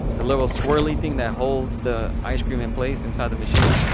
the little swirly thing that holds the ice cream in place inside the machine,